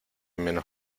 menos